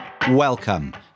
Welcome